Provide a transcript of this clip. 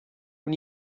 اون